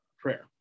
prayer